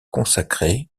consacré